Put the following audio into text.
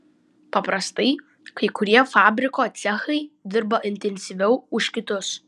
paprastai kai kurie fabriko cechai dirba intensyviau už kitus